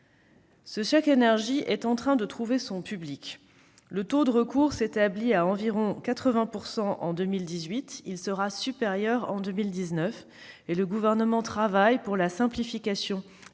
Ce chèque énergie est en train de trouver son public. Le taux de recours s'est établi à environ 80 % en 2018 ; il sera supérieur en 2019 et le Gouvernement travaille à la simplification des